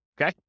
Okay